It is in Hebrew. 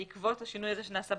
בעקבות השינוי שנעשה בחוק,